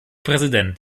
präsident